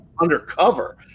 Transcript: undercover